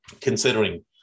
considering